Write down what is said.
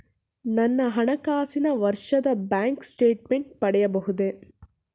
ನನ್ನ ಹಣಕಾಸಿನ ವರ್ಷದ ಬ್ಯಾಂಕ್ ಸ್ಟೇಟ್ಮೆಂಟ್ ಪಡೆಯಬಹುದೇ?